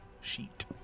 sheet